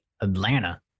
Atlanta